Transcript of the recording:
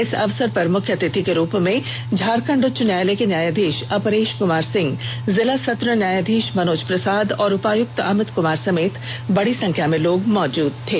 इस अवसर पर मुख्य अतिथि के रूप में झारखंड उच्च न्यायालय के न्यायाधीश अपरेश क्मार सिंह जिला सत्र न्यायाधीश मनोज प्रसाद और उपायुक्त अमित कुमार समेत बड़ी संख्या में लोग मौजूद थे